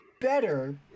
better